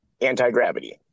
anti-gravity